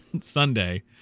Sunday